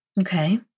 okay